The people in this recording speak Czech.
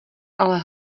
ale